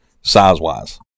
size-wise